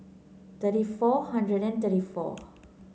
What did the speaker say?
thirty four hundred and thirty four